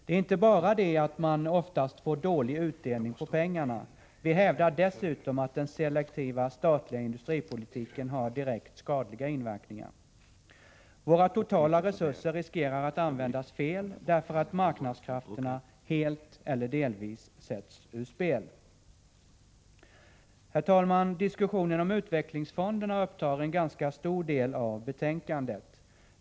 Det är inte bara det att man oftast får dålig utdelning på pengarna som talar emot den selektiva, statliga industripolitiken. Vi hävdar dessutom att den har direkt skadliga inverkningar. Våra totala resurser riskerar att användas fel, därför att marknadskrafterna helt eller delvis sätts ur spel. Herr talman! Diskussionen om utvecklingsfonderna upptar en ganska stor del av betänkandet.